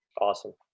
Awesome